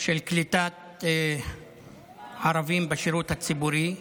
של קליטת ערבים בשירות הציבורי.